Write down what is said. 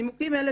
נימוקים אלה,